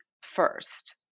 first